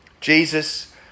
Jesus